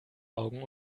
augen